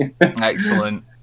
Excellent